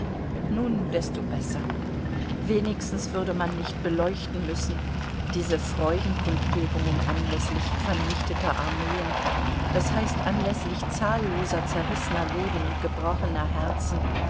nun desto besser wenigstens würde man nicht beleuchten müssen diese freudenkundgebungen anläßlich vernichteter armeen d h anläßlich zahlloser zerrissener leben und gebrochener herzen